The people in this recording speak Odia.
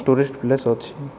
ଟୁରିଷ୍ଟ ପ୍ଲେସ୍ ଅଛି